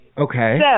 Okay